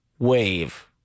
Wave